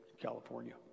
California